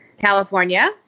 California